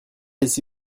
ici